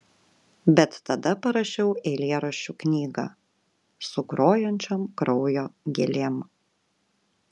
bet tada parašiau eilėraščių knygą su grojančiom kraujo gėlėm